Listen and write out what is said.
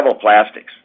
plastics